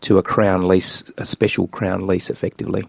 to a crown lease, a special crown lease effectively.